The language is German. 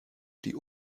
die